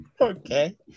okay